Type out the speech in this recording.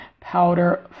powder